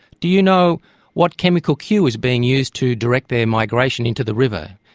do you know what chemical cue is being used to direct their migration into the river?